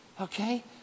okay